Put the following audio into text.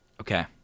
Okay